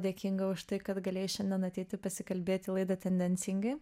dėkinga už tai kad galėjai šiandien ateiti pasikalbėt į laidą tendencingai